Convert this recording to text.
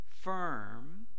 firm